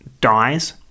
dies